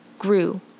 grew